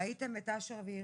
ראיתם את אשר ואירית?